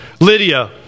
Lydia